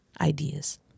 ideas